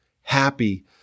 happy